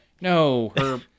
No